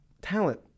talent